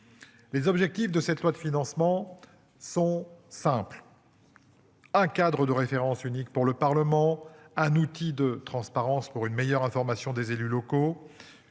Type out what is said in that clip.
Les objectifs de cette loi de financement sont simples. Un cadre de référence unique pour le Parlement, un outil de transparence pour une meilleure information des élus locaux.